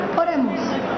oremos